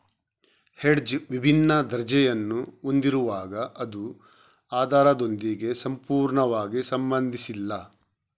hedge ವಿಭಿನ್ನ ದರ್ಜೆಯನ್ನು ಹೊಂದಿರುವಾಗ ಅದು ಆಧಾರದೊಂದಿಗೆ ಸಂಪೂರ್ಣವಾಗಿ ಸಂಬಂಧಿಸಿಲ್ಲ